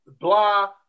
blah